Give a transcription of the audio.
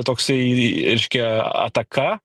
toksai reiškia ataka